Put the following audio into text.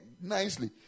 Nicely